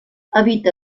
habita